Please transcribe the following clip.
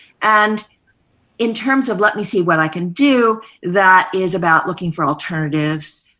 and in terms of let me see what i can do, that is about looking for alternatives,